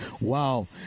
Wow